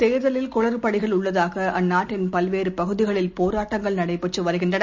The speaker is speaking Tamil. தேர்தலில் குளறுபடிகள் உள்ளதாகஅந்நாட்டின் பல்வேறுபகுதிகளில் போராட்டங்கள் நடைபெற்றுவருகின்றன